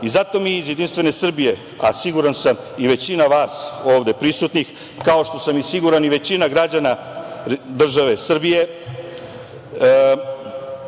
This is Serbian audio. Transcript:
narod. Zato mi iz JS, a siguran sam i većina vas ovde prisutnih, kao što sam siguran i većina građana države Srbije,